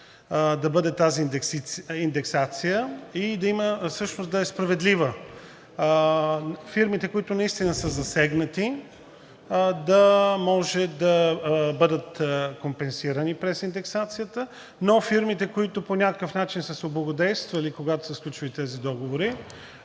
да бъде тази индексация и всъщност да е справедлива. Фирмите, които са засегнати, да може да бъдат компенсирани през индексацията, но за фирмите, които по някакъв начин са се облагодетелствали, когато са сключвали тези договори,